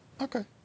Okay